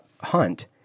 hunt